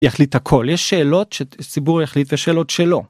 יחליט הכל יש שאלות שהציבור יחליט ויש שאלות שלא